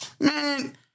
man